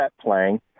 playing